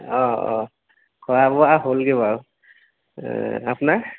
অঁ অঁ খোৱা বোৱা হ'লগৈ বাৰু আপোনাৰ